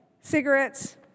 cigarettes